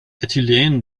äthylen